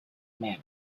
manner